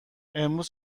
امروز